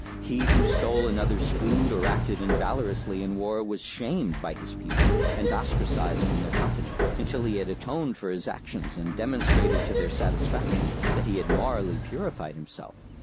he who stole another's food or acted in-valorously in war was shamed by his people and ostracized from their company until he had atoned for his actions and demonstrated to their satisfaction that he had morally purified himself.